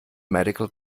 medical